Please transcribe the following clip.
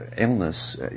illness